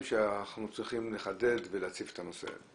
שאנחנו צריכים לחדד ולהציף את הנושא הזה.